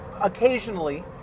occasionally